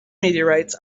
meteorites